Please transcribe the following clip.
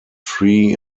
tree